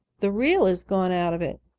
the real is gone out of it.